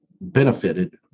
benefited